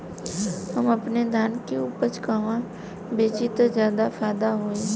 हम अपने धान के उपज कहवा बेंचि त ज्यादा फैदा होई?